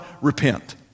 repent